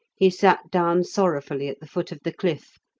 he sat down sorrowfully at the foot of the cliff,